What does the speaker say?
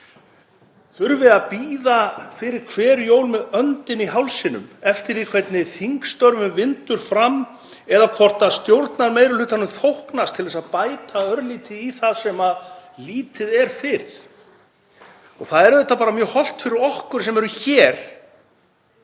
þurfi að bíða fyrir hver jól með öndina í hálsinum eftir því hvernig þingstörfum vindur fram eða hvort stjórnarmeirihlutanum þóknast til að bæta örlítið í það sem lítið er fyrir. Það er auðvitað bara mjög hollt fyrir okkur sem erum hér